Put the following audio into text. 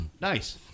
Nice